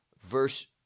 Verse